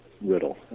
riddle